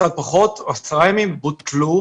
אתם תדבקו.